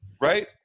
Right